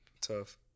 Tough